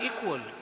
equal